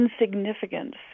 insignificance